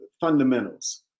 fundamentals